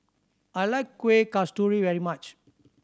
I like Kueh Kasturi very much